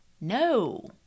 No